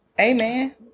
amen